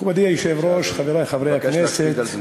מכובדי היושב-ראש, חברי חברי הכנסת,